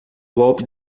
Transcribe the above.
golpe